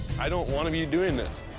i don't want to be doing this.